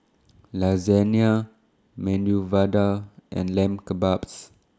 Lasagna Medu Vada and Lamb Kebabs